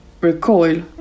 recoil